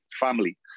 family